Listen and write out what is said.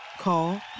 Call